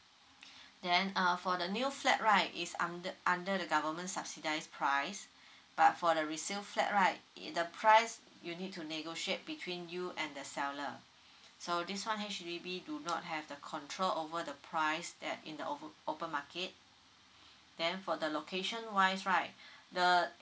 then uh for the new flat right is under under the government subsidise price but for the resale flat right the price you need to negotiate between you and the seller so this one actually we do not have the control over the price that in the o~ open market then for the location wise right the